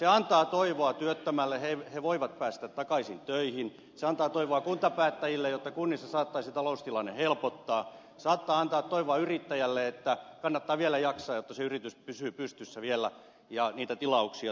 se antaa toivoa työttömille he voivat päästä takaisin töihin se antaa toivoa kuntapäättäjille jotta kunnissa saattaisi taloustilanne helpottaa saattaa antaa toivoa yrittäjälle että kannattaa vielä jaksaa jotta se yritys pysyy pystyssä vielä ja niitä tilauksia tulee